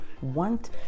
want